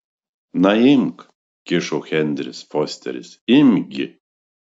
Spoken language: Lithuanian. na imk kišo henris fosteris imk gi